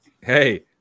Hey